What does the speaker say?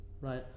right